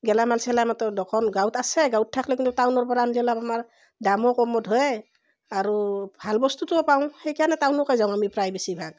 গেলামাল চেলামাতৰ দোকান গাঁৱত আছে গাৱঁত থাকিলেও কিন্তু টাউনৰ পৰা আনিলে অলপ আমাৰ দামো কমত হয় আৰু ভাল বস্তুটোও পাওঁ সেই কাৰণে টাউনকে যাওঁ আমি প্ৰায় বেছিভাগ